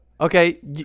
okay